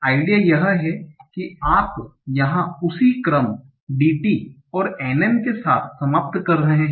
idea यह है कि आप यहाँ उसी क्रम DT और NM के साथ समाप्त कर रहे हैं